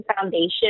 Foundation